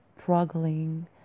struggling